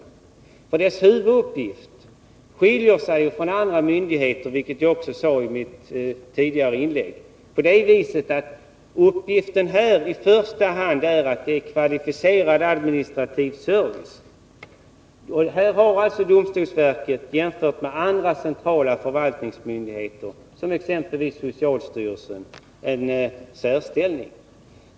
Domstolsverkets huvuduppgift skiljer sig från andra myndigheters, vilket jag också sade i mitt tidigare inlägg, på det viset att uppgiften här är att i första hand ge kvalificerad administrativ service. I det avseendet har alltså domstolsverket gentemot andra centrala förvaltningsmyndigheter, exempelvis socialstyrelsen, en särställning.